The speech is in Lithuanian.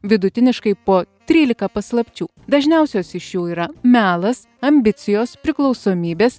vidutiniškai po trylika paslapčių dažniausios iš jų yra melas ambicijos priklausomybės